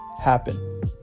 happen